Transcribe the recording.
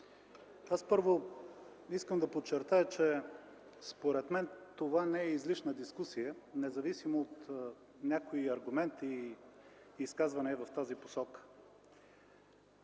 първо искам да подчертая, че според мен това не е излишна дискусия, независимо от някои аргументи и изказвания в тази посока.